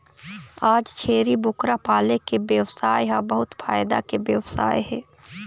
आज छेरी बोकरा पाले के बेवसाय ह बहुत फायदा के बेवसाय हे